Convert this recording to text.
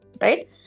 right